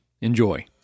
Enjoy